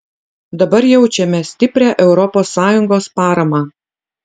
dabar jaučiame stiprią europos sąjungos paramą